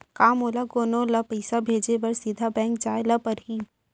का मोला कोनो ल पइसा भेजे बर सीधा बैंक जाय ला परही?